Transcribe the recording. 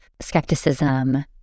skepticism